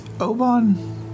Oban